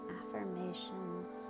affirmations